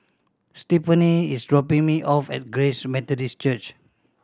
Stefani is dropping me off at Grace Methodist Church